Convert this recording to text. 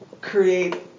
create